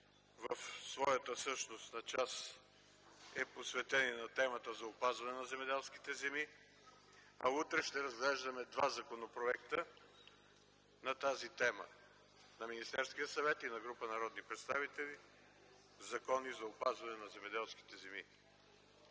в своята същностна част е посветен на темата за опазване на земеделските земи, а утре ще разглеждаме два законопроекта на тази тема – на Министерския съвет и на група народни представители – закони за опазване на земеделските земи.